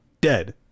Dead